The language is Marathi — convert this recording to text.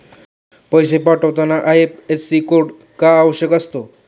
पैसे पाठवताना आय.एफ.एस.सी कोड का आवश्यक असतो?